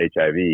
HIV